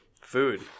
food